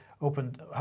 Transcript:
opened